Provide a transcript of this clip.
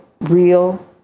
real